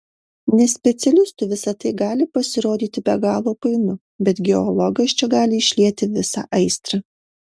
nespecialistui visa tai gali pasirodyti be galo painu bet geologas čia gali išlieti visą aistrą